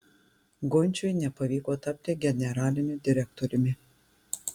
gončiui nepavyko tapti generaliniu direktoriumi